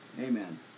amen